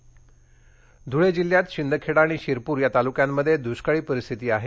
धुळे धुळे जिल्ह्यात शिंदखेडा आणि शिरपूर या तालुक्यांमध्ये दृष्काळी परिस्थिती आहे